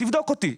תבדוק אותי.